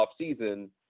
offseason